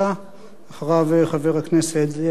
חבר הכנסת זאב בילסקי,